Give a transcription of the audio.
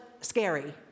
scary